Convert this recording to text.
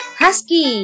husky